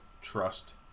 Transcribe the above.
trust